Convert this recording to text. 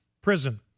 prison